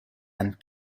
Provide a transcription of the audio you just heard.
and